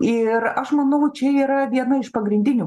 ir aš manau čia yra viena iš pagrindinių